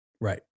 right